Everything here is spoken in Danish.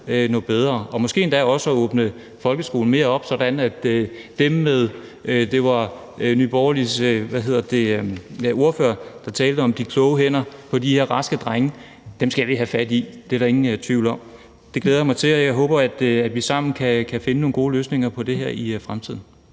noget bedre og måske endda få åbnet folkeskolen mere op, for dem med de kloge hænder – det var Nye Borgerliges ordfører, der talte om det – og de raske drenge skal vi have fat i. Det er der ingen tvivl om. Det glæder jeg mig til, og jeg håber, at vi sammen kan finde nogle gode løsninger. Tak for ordet.